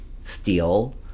steal